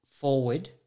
forward